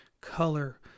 color